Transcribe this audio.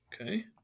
Okay